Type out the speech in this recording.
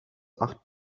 acht